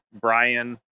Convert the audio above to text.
Brian